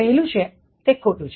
પહેલું છે તે ખોટું છે